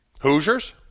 Hoosiers